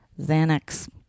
Xanax